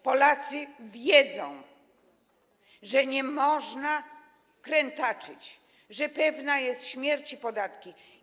Polacy wiedzą, że nie można krętaczyć, że pewna jest śmierć i podatki.